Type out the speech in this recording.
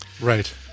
Right